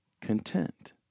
content